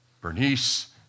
Bernice